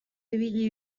ibili